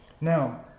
Now